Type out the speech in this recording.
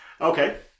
Okay